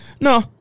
No